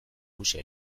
hauxe